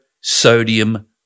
Sodium